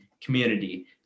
community